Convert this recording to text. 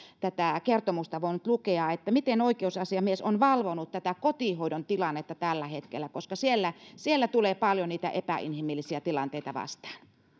tätä kertomusta voinut lukea miten oikeusasiamies on valvonut kotihoidon tilannetta tällä hetkellä koska siellä siellä tulee paljon niitä epäinhimillisiä tilanteita vastaan